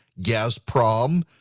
Gazprom